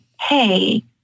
hey